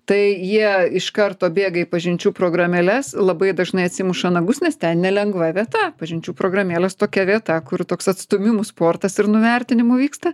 tai jie iš karto bėga į pažinčių programėles labai dažnai atsimuša nagus nes ten nelengva vieta pažinčių programėlės tokia vieta kur toks atstūmimų sportas ir nuvertinimų vyksta